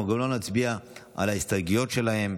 אנחנו גם לא נצביע על ההסתייגויות שלהם.